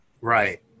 right